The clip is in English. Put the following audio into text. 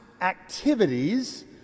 activities